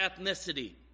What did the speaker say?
ethnicity